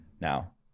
Now